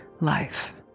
life